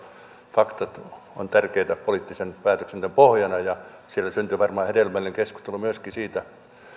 faktat ovat tärkeitä poliittisen päätöksenteon pohjana ja siellä syntyy varmaan hedelmällinen keskustelu myöskin siitä